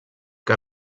que